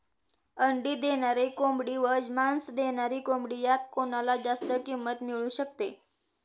अंडी देणारी कोंबडी व मांस देणारी कोंबडी यात कोणाला जास्त किंमत मिळू शकते?